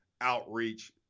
outreach